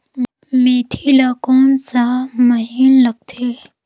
मेंथी ला कोन सा महीन लगथे?